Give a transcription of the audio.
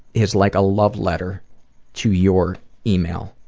is like a love letter to your email,